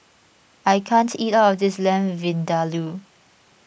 I can't eat all of this Lamb Vindaloo